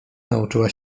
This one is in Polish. nauczyła